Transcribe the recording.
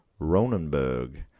Ronenberg